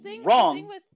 Wrong